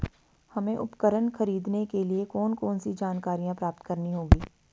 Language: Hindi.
हमें उपकरण खरीदने के लिए कौन कौन सी जानकारियां प्राप्त करनी होगी?